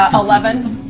ah eleven.